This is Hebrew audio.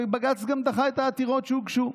ובג"ץ גם דחה את העתירות שהוגשו.